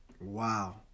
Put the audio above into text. Wow